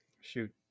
Shoot